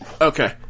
okay